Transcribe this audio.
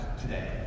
today